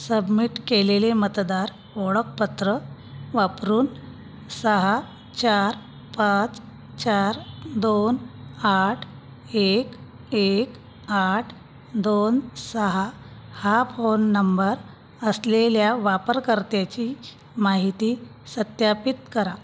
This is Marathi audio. सबमिट केलेले मतदार ओळखपत्र वापरून सहा चार पाच चार दोन आठ एक एक आठ दोन सहा हा फोन नंबर असलेल्या वापरकर्त्याची माहिती सत्यापित करा